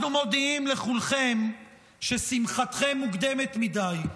אנחנו מודיעים לכולכם ששמחתכם מוקדמת מדי.